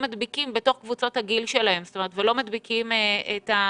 מדביקים בתוך קבוצות הגיל שלהם ולא מדביקים את המבוגרים.